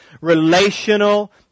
relational